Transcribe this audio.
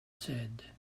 said